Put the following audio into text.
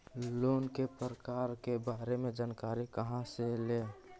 Loan के प्रकार के बारे मे जानकारी कहा से ले?